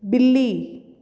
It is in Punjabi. ਬਿੱਲੀ